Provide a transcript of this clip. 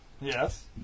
Yes